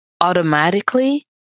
automatically